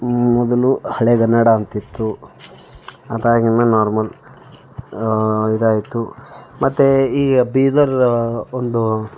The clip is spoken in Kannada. ಮೊದಲು ಹಳೆಗನ್ನಡ ಅಂತಿತ್ತು ಅದಾಗಿದ್ಮೇಲೆ ನಾರ್ಮಲ್ ಇದಾಯಿತು ಮತ್ತು ಈ ಬೀದರ್ ಒಂದು